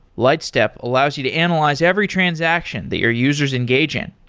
lightstep allows you to analyze every transaction that your users engage in.